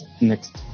next